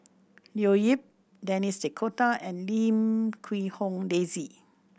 Leo Yip Denis D'Cotta and Lim Quee Hong Daisy